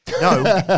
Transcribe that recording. No